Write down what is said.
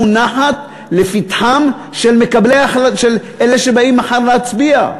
מונחת לפתחם של אלה שבאים מחר להצביע.